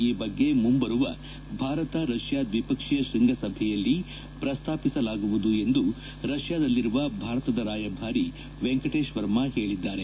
ಈ ಬಗ್ಗೆ ಮುಂಬರುವ ಭಾರತ ರಷ್ಯಾ ದ್ವಿಪಕ್ಷೀಯ ಶೃಂಗಸಭೆಯಲ್ಲಿ ಪ್ರಸ್ತಾಪಿಸಲಾಗುವುದು ಎಂದು ರಷ್ಯಾದಲ್ಲಿರುವ ಭಾರತದ ರಾಯಭಾರಿ ವೆಂಕಟೇಶ್ ವರ್ಮ ಹೇಳಿದ್ದಾರೆ